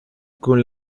con